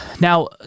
Now